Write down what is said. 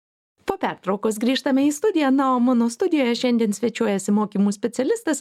po pertraukos grįžtame į studiją na o mano studijoje šiandien svečiuojasi mokymų specialistas